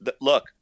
look